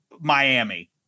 Miami